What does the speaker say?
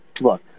look